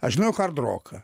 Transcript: aš žinojau hardroką